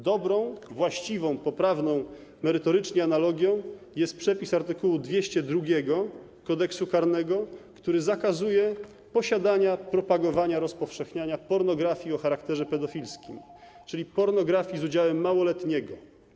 Dobrą, właściwą, poprawną merytorycznie analogią jest przepis art. 202 Kodeksu karnego, który zakazuje posiadania, propagowania, rozpowszechniania pornografii o charakterze pedofilskim, czyli pornografii z udziałem małoletniego.